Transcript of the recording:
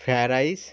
fried rice